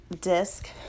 disc